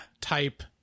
type